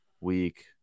week